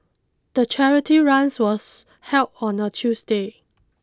the charity runs was held on a Tuesday